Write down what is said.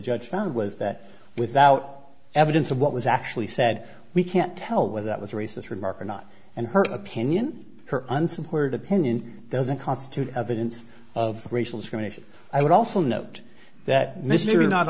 judge found was that without evidence of what was actually said we can't tell whether that was a racist remark or not and her opinion her unsupported opinion doesn't constitute evidence of racial discrimination i would also note that